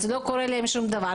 ולא קורה להם שום דבר,